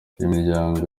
imiryango